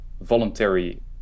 voluntary